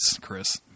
Chris